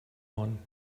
one